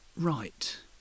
right